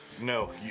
No